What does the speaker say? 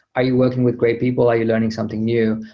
are you working with great people? are you learning something new?